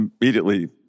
immediately